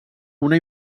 una